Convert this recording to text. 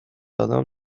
آدم